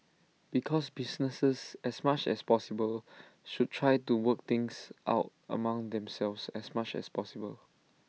because businesses as much as possible should try to work things out among themselves as much as possible